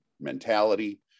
mentality